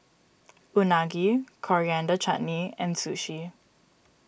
Unagi Coriander Chutney and Sushi